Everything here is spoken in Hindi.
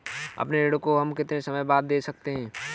अपने ऋण को हम कितने समय बाद दे सकते हैं?